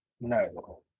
No